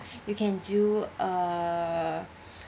you can do uh